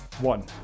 one